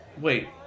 wait